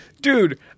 Dude